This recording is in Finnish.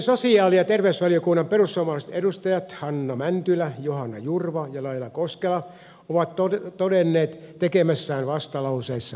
sosiaali ja terveysvaliokunnan perussuomalaiset edustajat hanna mäntylä johanna jurva ja laila koskela ovat todenneet tekemässään vastalauseessa